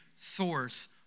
source